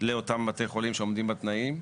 לאותם בתי חולים שעומדים בתנאים,